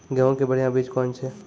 गेहूँ के बढ़िया बीज कौन छ?